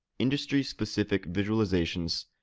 industry-specific visualizations,